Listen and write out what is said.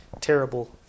terrible